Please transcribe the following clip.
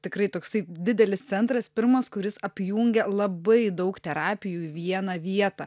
tikrai toksai didelis centras pirmas kuris apjungia labai daug terapijų į vieną vietą